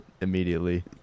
immediately